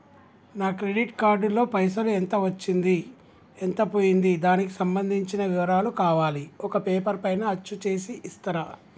నా credit card లో పైసలు ఎంత వచ్చింది ఎంత పోయింది దానికి సంబంధించిన వివరాలు కావాలి ఒక పేపర్ పైన అచ్చు చేసి ఇస్తరా?